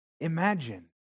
imagine